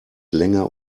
länger